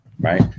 right